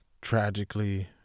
tragically